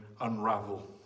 unravel